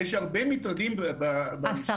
יש הרבה מטרדים במשקי הבית שאנחנו לא --- השרה